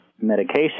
medication